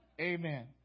Amen